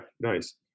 nice